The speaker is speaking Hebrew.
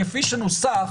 כפי שנוסח,